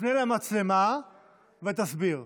תפנה למצלמה ותסביר.